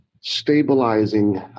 stabilizing